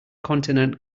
continent